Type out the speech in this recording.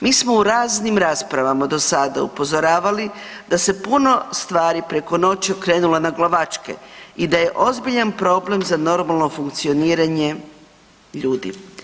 Mi smo u raznim raspravama do sada upozoravali da se puno stvari preko noći okrenulo naglavačke i da je ozbiljan problem za normalno funkcioniranje ljudi.